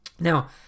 Now